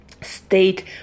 state